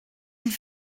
ils